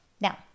Now